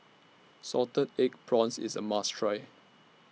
Salted Egg Prawns IS A must Try